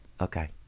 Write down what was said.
Okay